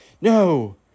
No